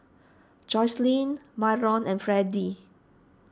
Jocelynn Myron and Freddy